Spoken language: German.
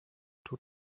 tut